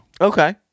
Okay